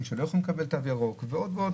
שלא יכולים לקבל תו ירוק ועוד ועוד.